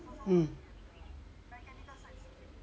um